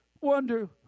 wonder